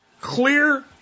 clear